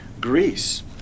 Greece